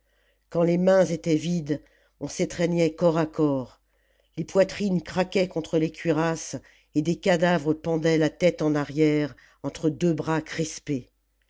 quand les mains étaient vides on s'étreignait corps à corps les poitrines craquaient contre les cuirasses et des cadavres pendaient la tête en arrière entre deux bras crispés